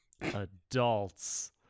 adults